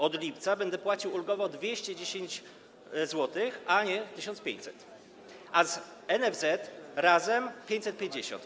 Od lipca będę płacił ulgowo 210 zł, a nie 1500, a z NFZ, razem, 550.